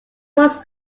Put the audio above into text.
was